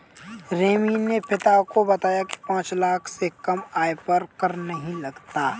रिमी ने पिता को बताया की पांच लाख से कम आय पर कर नहीं लगता